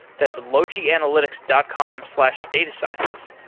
that's logianalytics dot com slash datascience.